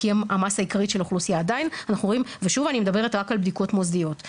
כי הם המסה העיקרית של האוכלוסייה ושוב אני מדברת רק על בדיקות מוסדיות.